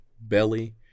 belly